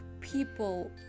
people